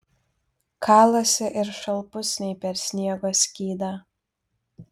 kalasi ir šalpusniai per sniego skydą